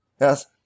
Yes